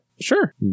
Sure